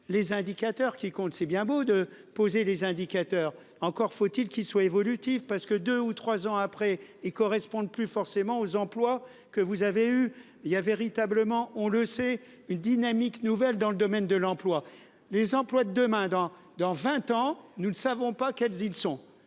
les indicateurs qui compte, c'est bien beau de poser les indicateurs. Encore faut-il qu'il soit évolutif. Parce que 2 ou 3 ans après et correspondent plus forcément aux emplois que vous avez eu il y a véritablement, on le sait, une dynamique nouvelle dans le domaine de l'emploi. Les emplois demain dans, dans 20 ans. Nous ne savons pas quelles ils sont